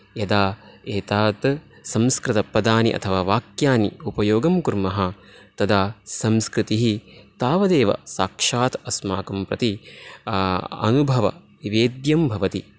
यदा एतावत् संस्कृतपदानि अथवा वाक्यानि उपयोगं कुर्मः तदा संस्कृतिः तावदेव साक्षात् अस्माकं प्रति अनुभवनिवेद्यं भवति